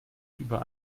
über